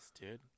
dude